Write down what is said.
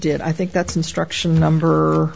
did i think that's instruction number